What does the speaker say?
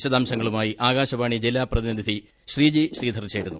വിശദാംശങ്ങളുമായി ആകാശവാണി ജില്ലാ പ്രതിനിധി ശ്രീജി ശ്രീധർ ചേരുന്നു